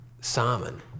Simon